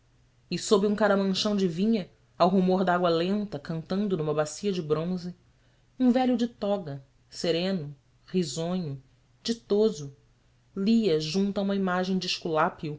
e sob um caramanchão de vinha ao rumor da água lenta cantando numa bacia de bronze um velho de toga sereno risonho ditoso lia junto a uma imagem de